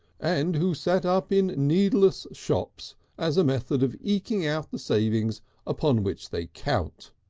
and who set up in needless shops as a method of eking out the savings upon which they count.